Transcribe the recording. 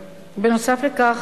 נוסף על כך,